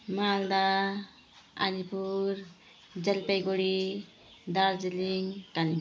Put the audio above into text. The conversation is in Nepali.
मालदा अलिपुर जलपाइगुडी दार्जिलिङ कालिम्पोङ